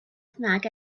snack